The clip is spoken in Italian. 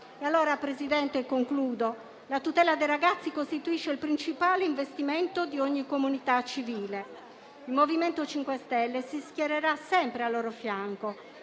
conclusione, Presidente, la tutela dei ragazzi costituisce il principale investimento di ogni comunità civile. Il MoVimento 5 Stelle si schiererà sempre al loro fianco